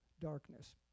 darkness